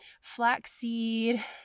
flaxseed